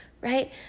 right